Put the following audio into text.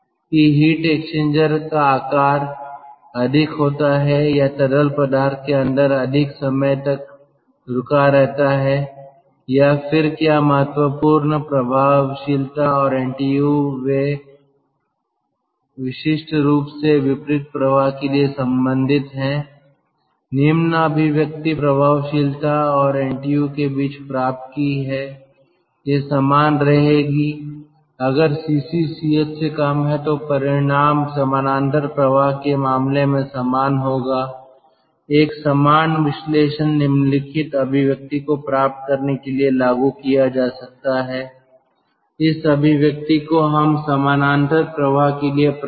कि heat exchanger का आकार अधिक होता है या तरल पदार्थ के अंदर अधिक समय तक रुका रहता है और फिर क्या महत्वपूर्ण प्रभावशीलता और NTU वे विशिष्ट रूप से विपरीत प्रवाह के लिए संबंधित हैं निम्न अभिव्यक्ति प्रभावशीलता और NTU के बीच प्राप्त की है यह समान रहेगी अगर Cc Ch से कम है तो परिणाम समानांतर प्रवाह के मामले में समान होगा एक समान विश्लेषण निम्नलिखित अभिव्यक्ति को प्राप्त करने के लिए लागू किया जा सकता है इस अभिव्यक्ति को हम समानांतर प्रवाह के लिए प्राप्त करेंगे